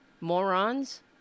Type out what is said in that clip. Morons